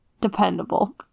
dependable